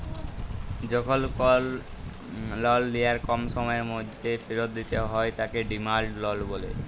যখল কল লল লিয়ার কম সময়ের ম্যধে ফিরত দিতে হ্যয় তাকে ডিমাল্ড লল ব্যলে